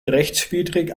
rechtswidrig